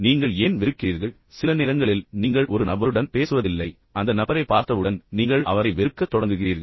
நீங்கள் ஏன் வெறுக்கிறீர்கள் சில நேரங்களில் நீங்கள் ஒரு நபருடன் பேசுவதில்லை ஆனால் நீங்கள் அந்த நபரைப் பார்த்தவுடன் நீங்கள் அந்த நபரை வெறுக்கத் தொடங்குகிறீர்கள்